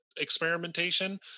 experimentation